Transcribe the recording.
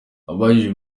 abajijwe